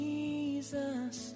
Jesus